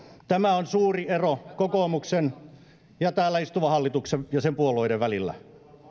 tämä on suuri ero kokoomuksen ja täällä istuvan hallituksen ja sen puolueiden välillä